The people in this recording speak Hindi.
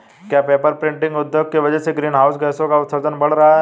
क्या पेपर प्रिंटिंग उद्योग की वजह से ग्रीन हाउस गैसों का उत्सर्जन बढ़ रहा है?